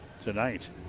tonight